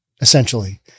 essentially